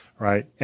Right